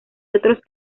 otros